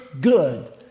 good